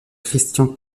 christian